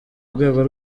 rwego